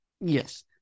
yes